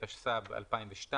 התשס"ב-2002.